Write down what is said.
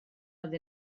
oedd